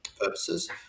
purposes